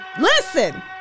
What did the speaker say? listen